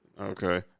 Okay